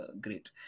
great